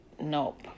Nope